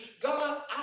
God